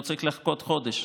לא צריך לחכות חודש.